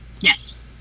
Yes